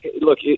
look